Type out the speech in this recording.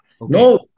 No